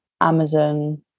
amazon